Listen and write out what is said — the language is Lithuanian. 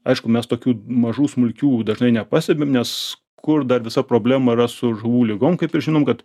aišku mes tokių mažų smulkių dažnai nepastebim nes kur dar visa problema yra su žuvų ligom kaip ir žinom kad